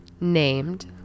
Named